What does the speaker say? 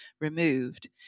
removed